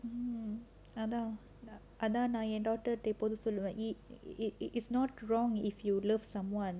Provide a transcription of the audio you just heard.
mm அதான் அதான் நான் என்:athaan athaan naan en daughter ட எப்போதும் சொல்லுவேன்:ta eppothum solluvaen it's not wrong if you love someone